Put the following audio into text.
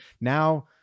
now